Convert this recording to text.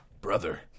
brother